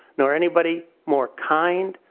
nor anybody more kind,